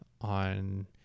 on